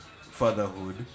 fatherhood